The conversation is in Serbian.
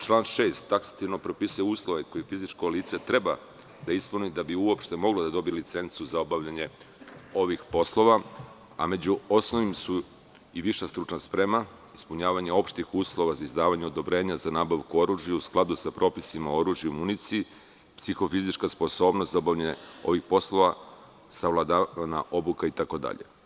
Član 6. taksativno propisuje uslove koje fizičko lice treba da ispuni da bi uopšte moglo da dobije licencu za obavljanje ovih poslova, a među osnovnim su: viša stručna sprema, ispunjavanje opštih uslova za izdavanje odobrenja za nabavku oružja u skladu sa propisima o oružju i municiji, psihofizička sposobnost za obavljanje ovih poslova, savladan obuka itd.